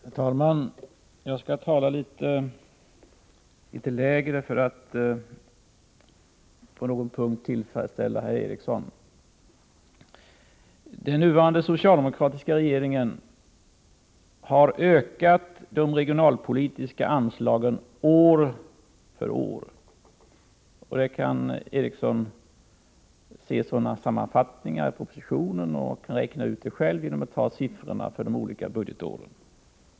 Herr talman! Jag skall tala litet lägre för att på någon punkt tillfredsställa Per-Ola Eriksson. Den nuvarande socialdemokratiska regeringen har ökat de regionalpolitis ka anslagen år för år, och det kan Per-Ola Eriksson se i sammanfattningen av propositionen och även själv räkna ut genom att jämföra siffrorna för de enskilda budgetåren.